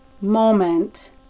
moment